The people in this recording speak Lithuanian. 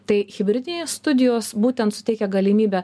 tai hibridinės studijos būtent suteikia galimybę